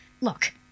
Look